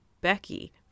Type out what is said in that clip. Becky